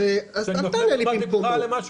אני רק אומר מה שהוא אמר.